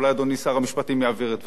אולי אדוני שר המשפטים יעביר את דברי.